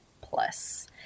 Plus